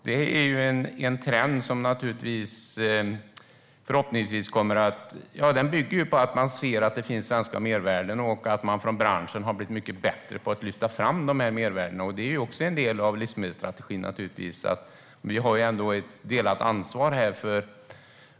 Den trenden bygger på att konsumenten ser att det finns svenska mervärden och att man från branschen har blivit bättre på att lyfta fram dem. Det är också en del av livsmedelsstrategin. Vi har ett delat ansvar.